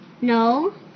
No